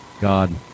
God